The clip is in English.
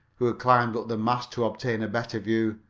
who had climbed up the mast to obtain a better view.